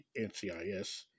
NCIS